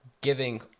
giving